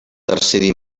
tercer